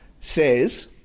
says